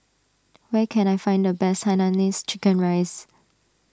where can I find the best Hainanese Chicken Rice